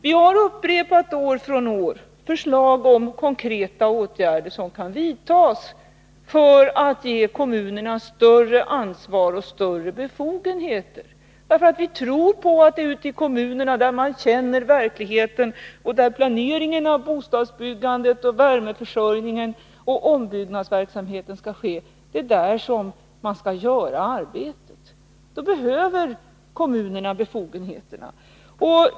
Vi har år från år upprepat förslag till konkreta åtgärder som kan vidtas för att ge kommunerna större ansvar och större befogenheter. Vi tror på att det är ute i kommunerna — där man känner verkligheten, där planeringen av bostadsbyggandet, värmeförsörjningen och ombyggnadsverksamheten skall ske — som arbetet skall göras. Då behöver kommunerna befogenheter.